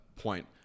point